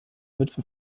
witwe